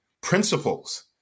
principles